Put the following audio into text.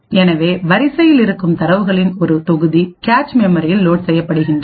எனவே வரிசையில் இருக்கும் தரவுகளின் ஒரு தொகுதிகேச் மெமரியில் லோட் செய்யப்படுகின்றது